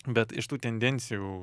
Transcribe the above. bet iš tų tendencijų